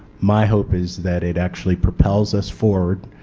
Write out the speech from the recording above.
my hope is that it actually propels us forward